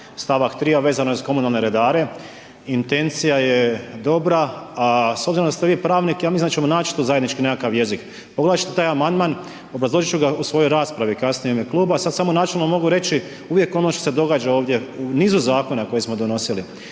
stavak 3. a vezano je uz komunalne redare. Intencija je dobra a s obzirom da ste vi pravnik, ja mislim da ćemo nać tu zajednički nekakav jezik. .../Govornik se ne razumije./... taj amandman, obrazložit ću ga u svojoj raspravi kasnije u ime kluba, sad samo načelno mogu reći, uvijek ono što se događa ovdje u nizu zakona koje smo donosili